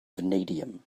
vanadium